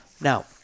Now